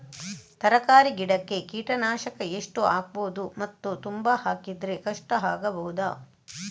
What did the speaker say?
ತರಕಾರಿ ಗಿಡಕ್ಕೆ ಕೀಟನಾಶಕ ಎಷ್ಟು ಹಾಕ್ಬೋದು ಮತ್ತು ತುಂಬಾ ಹಾಕಿದ್ರೆ ಕಷ್ಟ ಆಗಬಹುದ?